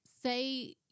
Say